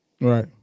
right